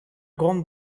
grande